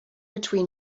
between